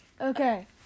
Okay